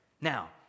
Now